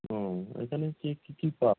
ও এখানে কী কী কী পা